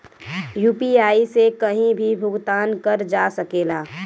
UPI से कहीं भी भुगतान कर जा सकेला?